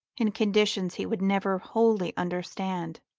in conditions he would never wholly understand.